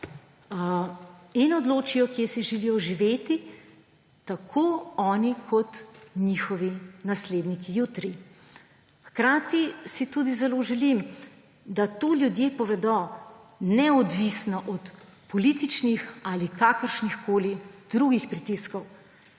in odločijo, kje si želijo živeti tako oni kot njihovi nasledniki jutri. Hkrati si tudi zelo želim, da to ljudje povedo neodvisno od političnih ali kakršnihkoli drugih pritiskov.